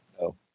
no